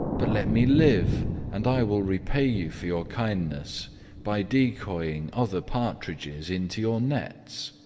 but let me live and i will repay you for your kindness by decoying other partridges into your nets.